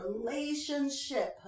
relationship